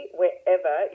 wherever